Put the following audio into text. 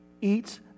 eats